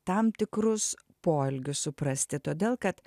tam tikrus poelgius suprasti todėl kad